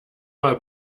mal